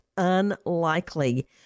Unlikely